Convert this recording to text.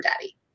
daddy